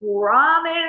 promise